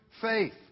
faith